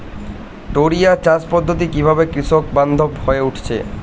টোরিয়া চাষ পদ্ধতি কিভাবে কৃষকবান্ধব হয়ে উঠেছে?